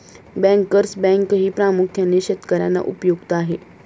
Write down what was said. bankers बँकही प्रामुख्याने शेतकर्यांना उपयुक्त आहे